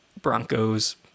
broncos